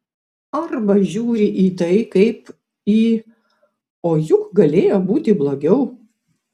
arba žiūri į tai kaip į o juk galėjo būti blogiau